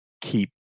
keep